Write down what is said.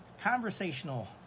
conversational